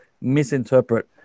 misinterpret